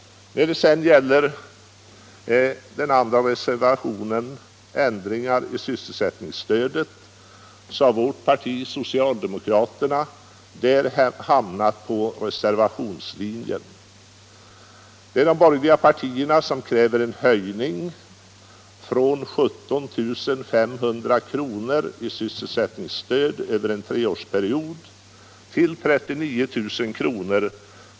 När det sedan gäller ändringar i sysselsättningsstödet har socialdemokraterna i utskottet hamnat på reservationslinjen. De borgerliga partierna kräver en höjning av stödet per årsarbetare från 17 500 kr. under tre år till 39 000 kr.